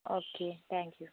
okay thank you